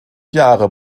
jahre